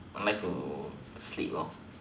I like to sleep lor